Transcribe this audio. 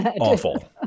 awful